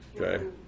okay